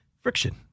friction